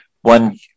One